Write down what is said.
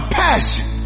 passion